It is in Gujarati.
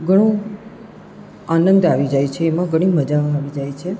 ઘણું આનંદ આવી જાય છે એમાં ઘણી મજા આવી જાય છે